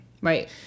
Right